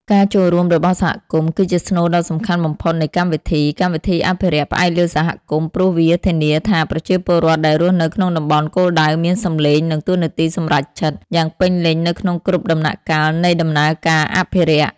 ការចូលរួមរបស់សហគមន៍ គឺជាស្នូលដ៏សំខាន់បំផុតនៃកម្មវិធី កម្មវិធីអភិរក្សផ្អែកលើសហគមន៍ ព្រោះវាធានាថាប្រជាពលរដ្ឋដែលរស់នៅក្នុងតំបន់គោលដៅមាន សំឡេង និង តួនាទីសម្រេចចិត្ត យ៉ាងពេញលេញនៅក្នុងគ្រប់ដំណាក់កាលនៃដំណើរការអភិរក្ស។